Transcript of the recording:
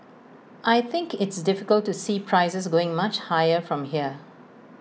I think it's difficult to see prices going much higher from here